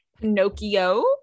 Pinocchio